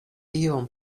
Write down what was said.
iom